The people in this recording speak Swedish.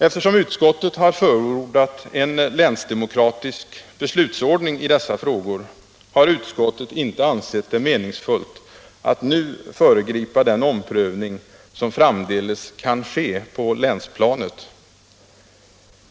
Eftersom utskottet har förordat en länsdemokratisk beslutsordning i dessa frågor, har utskottet inte ansett det meningsfullt att nu föregripa den omprövning som framdeles kan ske på länsplanet.